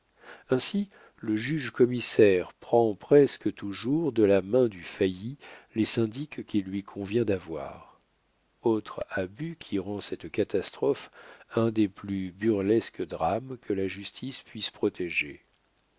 ainsi le juge commissaire prend presque toujours de la main du failli les syndics qu'il lui convient d'avoir autre abus qui rend cette catastrophe un des plus burlesques drames que la justice puisse protéger